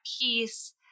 peace